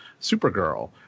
Supergirl